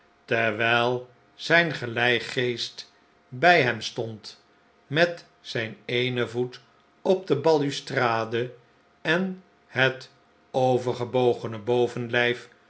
terwijl zijn geleigeest bij hem stond met zijn eenen voet op de balustrade en het overgebogene bovenlijf